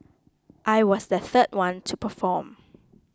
I was the third one to perform